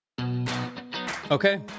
Okay